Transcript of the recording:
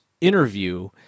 interview